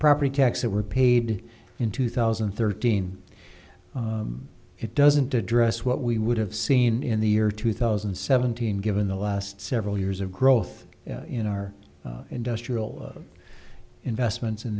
property tax that were paid in two thousand and thirteen it doesn't address what we would have seen in the year two thousand and seventeen given the last several years of growth in our industrial investments in